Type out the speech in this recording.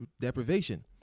deprivation